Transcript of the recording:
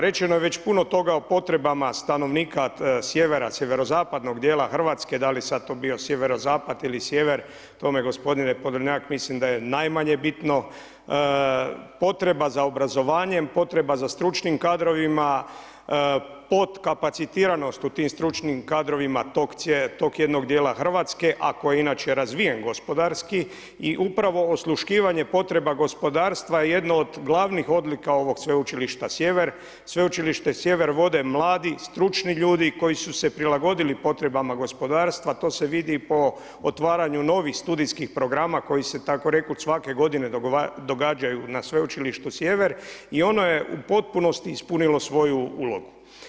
Rečeno je već puno toga o potrebama stanovnika sjevera, SZ djela Hrvatske, da li sad to bio SZ ili Sjever, tome gospodine Podolnjak mislim da je najmanje bitno, potreba za obrazovanjem, potreba za stručnim kadrovima, podkapacitiranost u tim stručnim kadrovima tog jednog djela Hrvatske, a koji je inače razvijen gospodarski i upravo osluškivanje potreba gospodarstva je jedno od glavnih odlika ovog Sveučilišta Sjever, Sveučilište Sjever vode mladi, stručni ljudi koji su se prilagodili potrebama gospodarstva, to se vidi po otvaranju novih studijskih programa koji se takorekoć svake godine događaju na Sveučilištu Sjever i ono je u potpunosti ispunilo svoju ulogu.